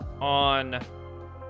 on